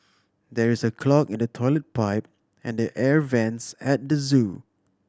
there is a clog in the toilet pipe and the air vents at the zoo